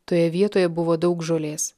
toje vietoje buvo daug žolės